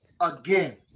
again